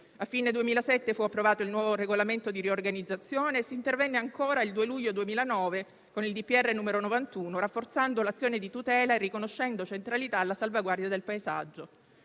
A fine 2007 fu approvato il nuovo regolamento di riorganizzazione e si intervenne ancora, il 2 luglio 2009, con il DPR n. 91, rafforzando l'azione di tutela e riconoscendo centralità alla salvaguardia del paesaggio.